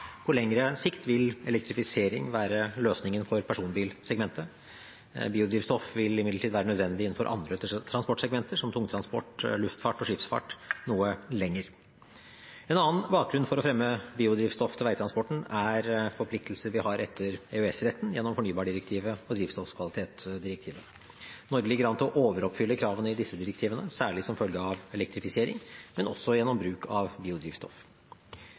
På lengre sikt vil elektrifisering være løsningen for personbilsegmentet. Biodrivstoff vil imidlertid være nødvendig innenfor andre transportsegmenter, som tungtransport, luftfart og skipsfart, noe lenger. En annen bakgrunn for å fremme biodrivstoff til veitransporten er forpliktelser vi har etter EØS-retten, gjennom fornybardirektivet og drivstoffkvalitetsdirektivet. Norge ligger an til å overoppfylle kravene i disse direktivene, særlig som følge av elektrifisering, men også gjennom bruk av biodrivstoff.